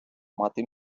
мати